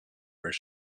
where